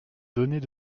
données